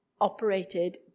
operated